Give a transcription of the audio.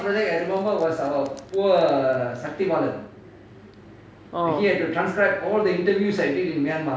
orh